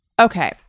Okay